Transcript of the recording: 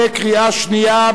בקריאה שנייה,